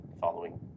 following